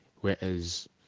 Whereas